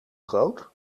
groot